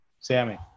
Sammy